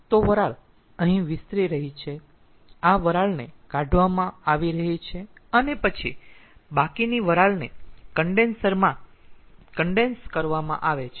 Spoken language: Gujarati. તો વરાળ અહીં વિસ્તરી રહી છે આ વરાળને કાઢવામાં આવી રહી છે અને પછી બાકીની વરાળને કન્ડેન્સર માં કન્ડેન્સ કરવામાં આવે છે